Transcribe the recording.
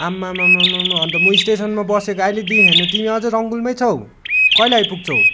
आमामामामा अन्त म स्टेसनमा बसेको अहिलेदेखि होइन तिमी अझै रङबुलमै छौ कहिले आइपुग्छौ